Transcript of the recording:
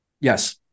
yes